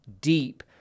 deep